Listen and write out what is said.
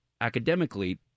academically